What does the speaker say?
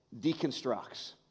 deconstructs